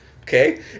Okay